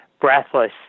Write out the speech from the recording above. breathless